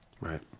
Right